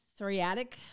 psoriatic